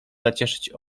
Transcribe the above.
nacieszyć